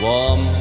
Warm